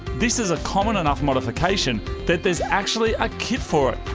this is a common enough modification that there's actually a kit for it.